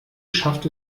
schafft